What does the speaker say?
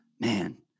man